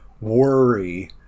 worry